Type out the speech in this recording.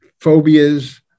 phobias